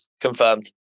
confirmed